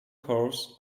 curves